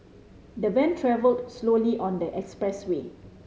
the van travelled slowly on the expressway